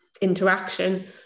interaction